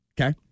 Okay